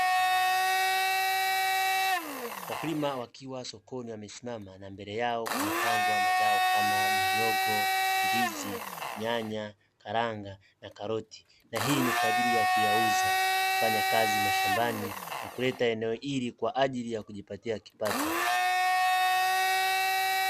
Wakulima wakiwa sokoni wamesimama na mbele yao kumepangwa mazao kama mihogo, ndizi, nyanya, karanga na karoti; na hii ni kwa ajili ya kuyauza, kufanya kazi mashambani na kuleta eneo hili kwa ajili ya kujipatia kipato.